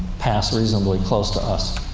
pass reasonably close to us.